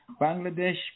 Bangladesh